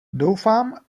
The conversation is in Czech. doufám